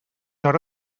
hora